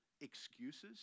excuses